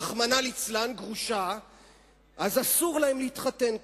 רחמנא ליצלן, אז אסור להם להתחתן כאן,